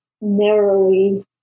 narrowly